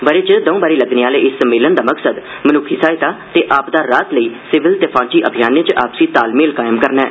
ब'रे च दौं बारी लग्गने आह्ले इस सम्मेलन दा मकसद मनुक्खी सहायता ते आपदा राह्त लेई सिविल ते फौजी अभियानें च आपसी तालमेल कायम करना ऐ